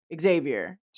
Xavier